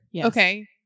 okay